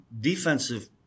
defensive